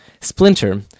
Splinter